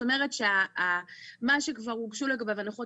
זאת אומרת שמה שכבר הוגשו לגביו הנחות,